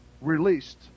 released